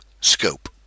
Scope